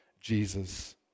Jesus